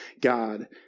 God